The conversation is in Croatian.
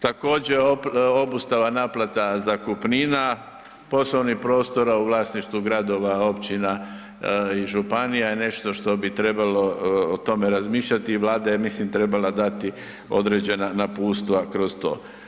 Također obustava naplata zakupnina, poslovnih prostora u vlasništvu gradova, općina i županija je nešto što bi trebalo o tome razmišljati i Vlada je, ja mislim, trebala dati određena napustva kroz to.